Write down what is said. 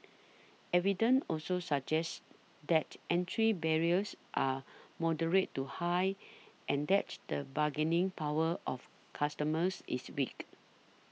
evidence also suggests that entry barriers are moderate to high and that the bargaining power of customers is weak